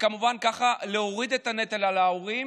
וכמובן ככה להוריד את הנטל מההורים,